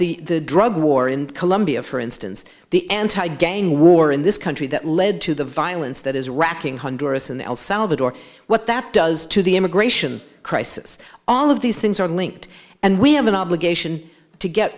the drug war in colombia for instance the anti gang war in this country that led to the violence that is wracking hundreds in the el salvador what that does to the immigration crisis all of these things are linked and we have an obligation to get